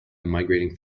migrating